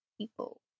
people